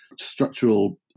structural